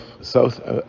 South